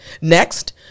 Next